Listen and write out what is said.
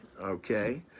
Okay